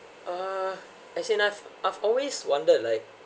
uh I see enough I've always wanted like